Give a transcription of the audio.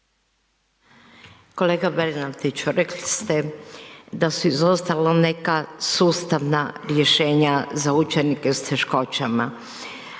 Kolega Bernardiću, rekli ste da su izostala neka sustavna rješenja za učenike s teškoćama.